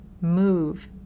move